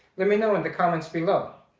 let me know in the comments below.